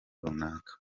runaka